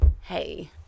Hey